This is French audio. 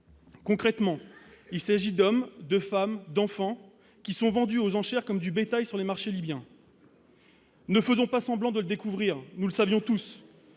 Concrètement, il s'agit d'hommes, de femmes, d'enfants qui sont vendus aux enchères comme du bétail sur les marchés libyens. Ne faisons pas semblant de le découvrir, nous le savions tous.